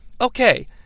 Okay